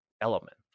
element